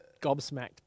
gobsmacked